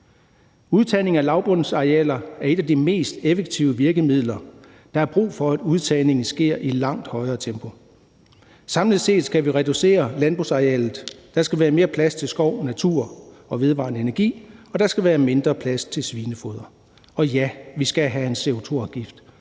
Udtagning af lavbundsarealer er et af de mest effektive virkemidler. Der er brug for, at udtagningerne sker i et langt højere tempo. Samlet set skal vi reducere landbrugsarealet. Der skal være plads til mere skov, natur og vedvarende energi, og der skal være mindre plads til svinefoder. Og ja, vi skal have en CO2-afgift,